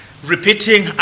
repeating